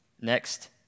Next